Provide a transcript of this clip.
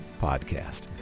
podcast